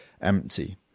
empty